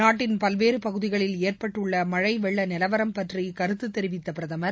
நாட்டின் பல்வேறு பகுதிகளில் ஏற்பட்டுள்ள மழை வெள்ள நிலவரம் பற்றி கருத்து தெரிவித்த பிரதமர்